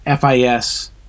fis